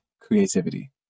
creativity